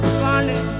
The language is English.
funny